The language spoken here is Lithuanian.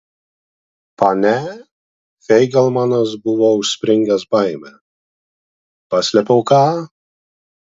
pane feigelmanas buvo užspringęs baime paslėpiau ką